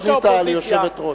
פנית ליושבת-ראש.